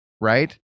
right